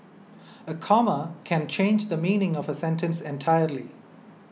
a comma can change the meaning of a sentence entirely